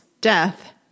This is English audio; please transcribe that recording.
death